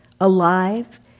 alive